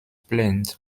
planned